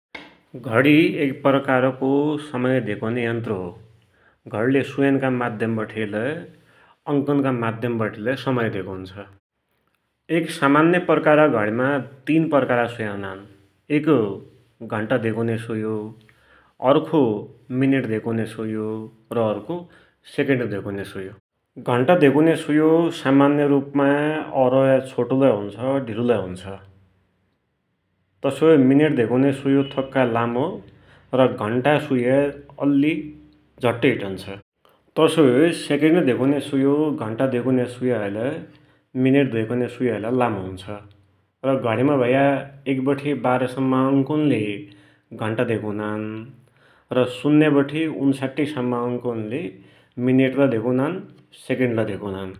घडी एक प्रकारको समय धेकुन्या यन्त्र हो। घडी ले सुयानुका माध्य्मबठेलै अङ्कका माध्यम बठे समय धेकुन्छ। एक सामान्य प्रकारका धडिमा तिन प्रकारका सुया हुनान, एक घण्टा देकुन्या सुयो, अर्खो मिनेट धेकुन्या सुयो र अर्खो सेकिण्ड धेकुन्या सुयो। घण्टा धेकुन्या सुयो सामन्य रुपमाइ औरहै छोटो लै हुन्छ र ढिलो लै हुन्छ, तसोई मिनेट धेकुन्या सुयो थोक्काइ लामो र घण्टा का सुया है अल्लि झट्ट हिटुञ्छ, तसोई सेकेन्ड धेकुन्या सुयो घण्टा धेकुन्या सुया है लै, मिनेट धेकुन्या सुया है लै लामो हुन्छ, र घडीमा भया एक बठे बाह्र सम्मका अन्कुन्ले घण्टा धेकुनान र शुन्य बठे उन्साटि सम्मका अन्कुन्ले मिनेट लै धेकुनान र सेकेन्ड लै धेकुनान।